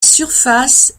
surface